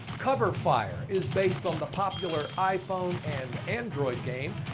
cover fire is based on the popular iphone and android game,